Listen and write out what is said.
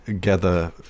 gather